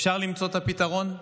אפשר למצוא את הפתרון.